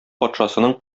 патшасының